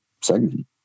segment